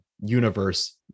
universe